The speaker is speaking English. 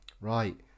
right